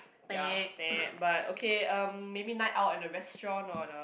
ya then but okay um maybe night out at a restaurant no no